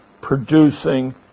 producing